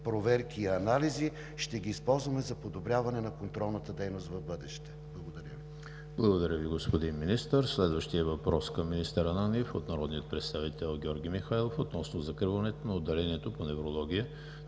проверки и анализи, ще използваме за подобряване на контролната дейност в бъдеще. Благодаря Ви. ПРЕДСЕДАТЕЛ ЕМИЛ ХРИСТОВ: Благодаря Ви, господин Министър. Следващият въпрос към министър Ананиев е от народния представител Георги Михайлов относно закриването на отделението по неврология